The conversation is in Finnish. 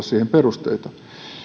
siihen perusteita